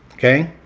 okay?